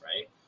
right